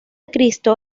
cristo